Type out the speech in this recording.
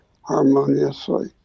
harmoniously